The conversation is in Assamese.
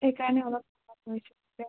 সেইকাৰণে অলপ